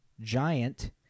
Giant